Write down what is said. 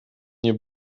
nie